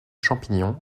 champignons